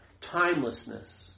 timelessness